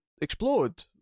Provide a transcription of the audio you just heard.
explode